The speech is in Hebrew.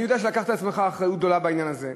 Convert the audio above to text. אני יודע שלקחת על עצמך אחריות גדולה בעניין הזה,